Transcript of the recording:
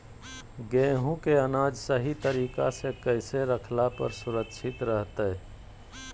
गेहूं के अनाज सही तरीका से कैसे रखला पर सुरक्षित रहतय?